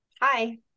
hi